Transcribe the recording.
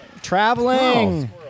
Traveling